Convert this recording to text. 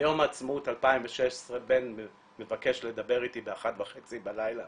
ביום העצמאות 2016 בן מבקש לדבר איתי ב-01:30 בלילה